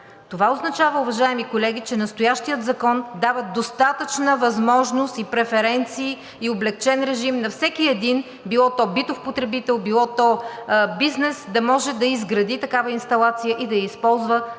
Това означава, уважаеми колеги, че настоящият закон дава достатъчна възможност и преференции, и облекчен режим на всеки един – било то битов потребител, било то бизнес, да може да изгради такава инсталация и да я използва